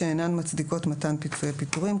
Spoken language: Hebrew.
שאינן מצדיקות מתן פיצויי פיטורים,